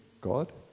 God